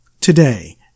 Today